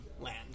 land